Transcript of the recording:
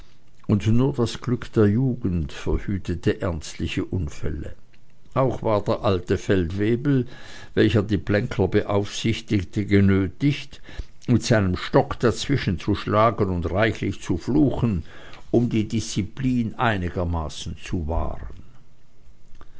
und nur das glück der jugend verhütete ernstliche unfälle auch war der alte feldwebel welcher die plänkler beaufsichtigte genötigt mit seinem stocke dazwischenzuschlagen und reichlich zu fluchen um die disziplin einigermaßen zu wahren